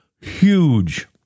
huge